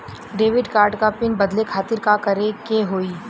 Debit card क pin बदले खातिर का करेके होई?